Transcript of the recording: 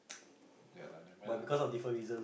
yeah lah never mind lah